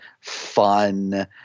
fun